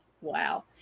Wow